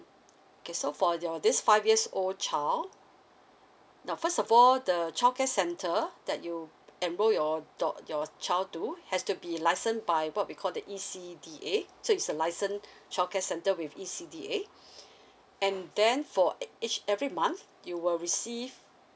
okay so for your this five years old child now first of all the childcare centre that you enroll your do~ your child to has to be license by what we call the E_C_D_A so it's a licensed childcare centre with E_C_D_A and then for each every month you will receive